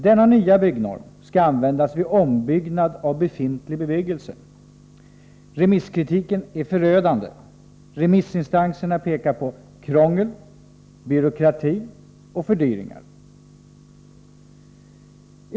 Denna nya byggnorm skall användas vid ombyggnad av befintlig bebyggelse. Remisskritiken är förödande. Remissinstanserna pekar på krångel, byråkrati och fördyringar.